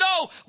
No